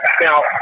Now